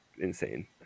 insane